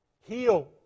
heal